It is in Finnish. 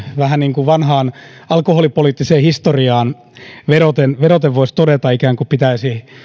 vähän niin kuin vanhaan alkoholipoliittiseen historiaan vedoten vedoten voisi todeta pitäisi